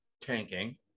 tanking